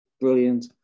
brilliant